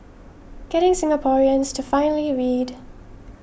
getting Singaporeans to finally read